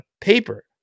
paper